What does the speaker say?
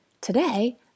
Today